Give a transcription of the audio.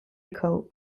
cove